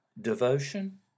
devotion